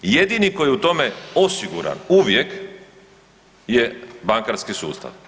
Jedini koji je u tome osiguran uvijek je bankarski sustav.